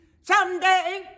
someday